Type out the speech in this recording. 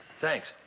Thanks